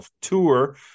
Tour